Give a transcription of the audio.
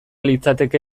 litzateke